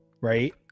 right